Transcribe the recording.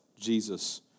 Jesus